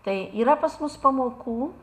tai yra pas mus pamokų